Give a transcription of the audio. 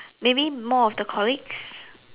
maybe more of the colleagues